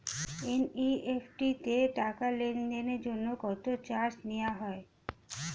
NEFT তে টাকা লেনদেনের জন্য কত চার্জ নেয়া হয়?